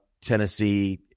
Tennessee